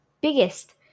biggest